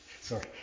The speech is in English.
Sorry